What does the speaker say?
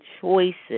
choices